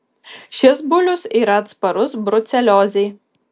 šis bulius yra atsparus bruceliozei